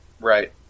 Right